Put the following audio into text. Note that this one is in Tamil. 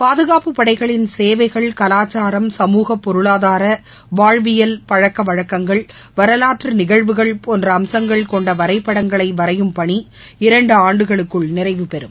பாதுகாப்புப் படைகளின் சேவைகள் கலாச்சாரம் சமூக பொருளாதாரவாழ்வியல் பழக்கவழக்கங்கள் வரலாற்றுநிகழ்வுகள் போன்றஅம்சங்கள் கொண்டவரைபடங்களைவரையும் பணி இரண்டுஆண்டுகளுக்குள் நிறைவுபெறும்